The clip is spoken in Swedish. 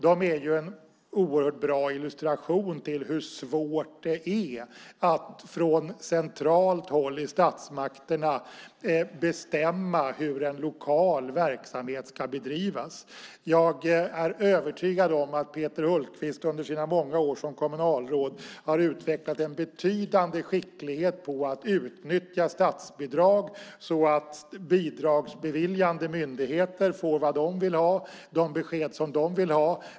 De är ju en oerhört bra illustration av hur svårt det är att från centralt håll i statsmakterna bestämma hur en lokal verksamhet ska bedrivas. Jag är övertygad om att Peter Hultqvist under sina många år som kommunalråd har utvecklat en betydande skicklighet i att utnyttja statsbidrag så att bidragsbeviljande myndigheter får vad de vill ha och de besked som de vill ha.